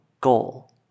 goal